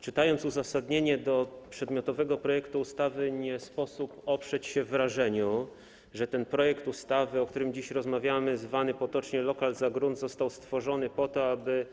Czytając uzasadnienie do przedmiotowego projektu ustawy, nie sposób oprzeć się wrażeniu, że ten projekt ustawy, o którym dziś rozmawiamy, zwany potocznie lokal za grunt, został stworzony po to, aby